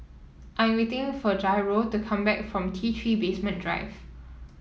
I am waiting for Jairo to come back from T Three Basement Drive